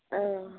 औ